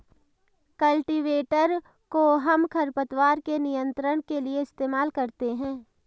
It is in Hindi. कल्टीवेटर कोहम खरपतवार के नियंत्रण के लिए इस्तेमाल करते हैं